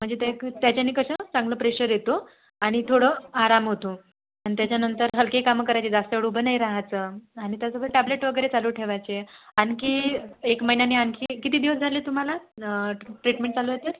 म्हणजे तेक् त्याच्याने कसं चांगलं प्रेशर येतो आणि थोडं आराम होतो आणि त्याच्यानंतर हलके कामं करायचे जास्त वेळ उभं नाही राहायचं आणि त्यासोबत टॅब्लेट वगैरे चालू ठेवायचे आणखी एक महिन्याने आणखी किती दिवस झाले तुम्हाला ट्रिटमेंट चालू आहे तर